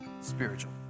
spiritual